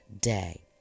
day